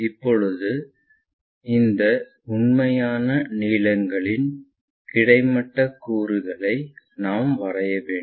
இப்போது இந்த உண்மையான நீளங்களின் கிடைமட்ட கூறுகளை நாம் வரைய வேண்டும்